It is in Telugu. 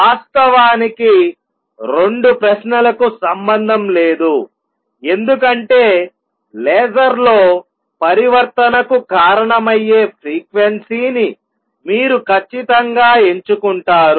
వాస్తవానికి 2 ప్రశ్నలకు సంబంధం లేదు ఎందుకంటే లేజర్లో పరివర్తనకు కారణమయ్యే ఫ్రీక్వెన్సీని మీరు ఖచ్చితంగా ఎంచుకుంటారు